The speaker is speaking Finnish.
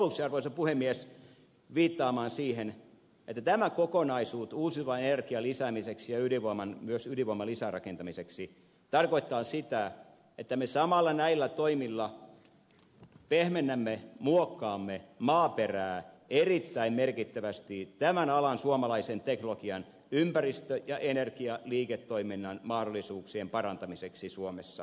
tyydyn lopuksi arvoisa puhemies viittaamaan siihen että tämä kokonaisuus uusiutuvan energian lisäämiseksi ja myös ydinvoiman lisärakentamiseksi tarkoittaa sitä että me samalla näillä toimilla pehmennämme ja muokkaamme maaperää erittäin merkittävästi tämän alan suomalaisen teknologian sekä ympäristö ja energialiiketoiminnan mahdollisuuksien parantamiseksi suomessa